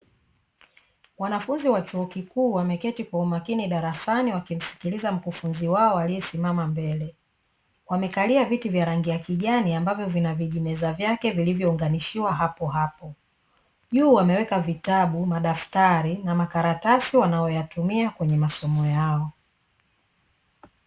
Wanafunzi wa chuo kikuu wameketi kwa umakini darasani wakimsikiliza mkufunzi wao aliyesimama mbele, wamekalia viti vya rangi ya kijani ambavyo vinavijimeza vyake vilivyounganishiwa hapo hapo juu wameweka vitabu, madaftari na makaratasi wanayoyatumia kwenye masomo yao.